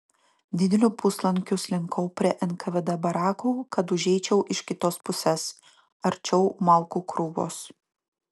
dideliu puslankiu slinkau prie nkvd barakų kad užeičiau iš kitos pusės arčiau malkų krūvos